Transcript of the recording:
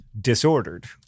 disordered